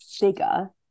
bigger